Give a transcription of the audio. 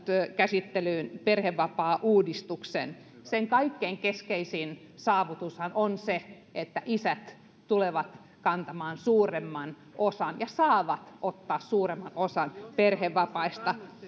käsittelyyn perhevapaauudistuksen sen kaikkein keskeisin saavutushan on se että isät tulevat kantamaan suuremman osan ja saavat ottaa suuremman osan perhevapaista